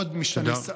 תודה.